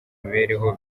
mibereho